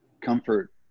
comfort